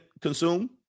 consume